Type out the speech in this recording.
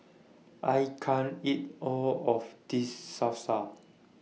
I can't eat All of This Salsa